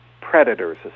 predators